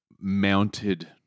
mounted